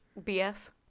bs